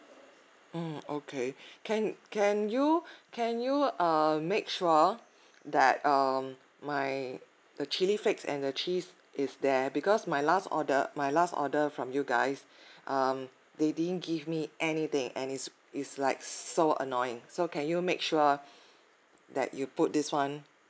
mm okay can can you can you err make sure that um my the chilli flakes and the cheese is there because my last order my last order from you guys um they didn't give me anything and is is like so annoying so can you make sure that you put this [one]